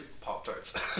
Pop-Tarts